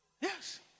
Yes